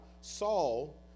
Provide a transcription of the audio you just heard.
Saul